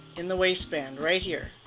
in the waistband right here,